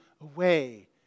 away